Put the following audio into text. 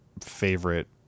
favorite